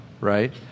right